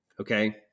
okay